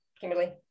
Kimberly